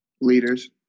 leaders